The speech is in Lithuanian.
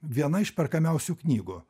viena iš perkamiausių knygų